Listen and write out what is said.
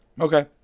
okay